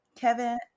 Kevin